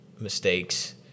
mistakes